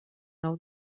nou